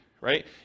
right